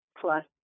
plus